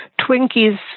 Twinkies